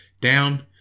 Down